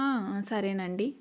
సరేనండి